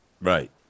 right